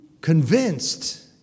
convinced